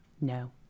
No